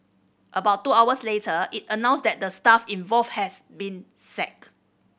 about two hours later it announced that the staff involved has been sacked